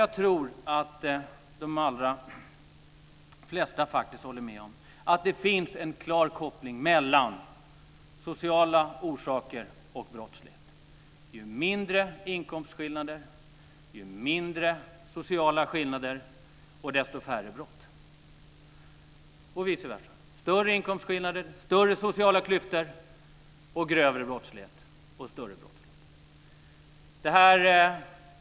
Jag tror att de allra flesta faktiskt håller med om att det finns en klar koppling mellan sociala orsaker och brottslighet - ju mindre inkomstskillnader, ju mindre sociala skillnader, desto färre brott. Och viceversa: Ju större inkomstskillnader, ju större sociala klyftor, desto grövre och större brottslighet.